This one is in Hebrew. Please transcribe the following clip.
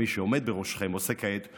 ומי שעומד בראשכם עושה כעת,